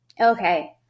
Okay